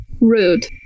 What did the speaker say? Rude